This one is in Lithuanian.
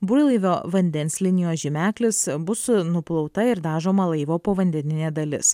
burlaivio vandens linijos žymeklis bus nuplauta ir dažoma laivo povandeninė dalis